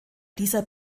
dieser